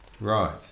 Right